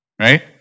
right